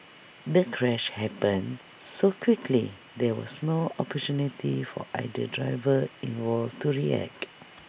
the crash happened so quickly there was no opportunity for either driver involved to react